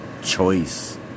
choice